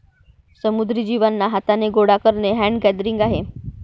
समुद्री जीवांना हाथाने गोडा करणे हैंड गैदरिंग आहे